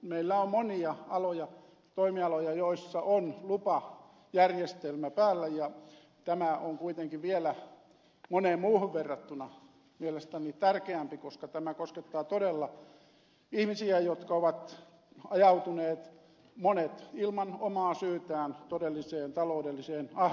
meillä on monia toimialoja joilla on lupajärjestelmä päällä mutta tämä on kuitenkin vielä moneen muuhun verrattuna mielestäni tärkeämpi koska tämä koskettaa todella ihmisiä jotka ovat ajautuneet monet ilman omaa syytään todelliseen taloudelliseen ahdinkoon